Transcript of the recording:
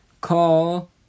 call